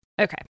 Okay